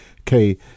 okay